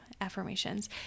affirmations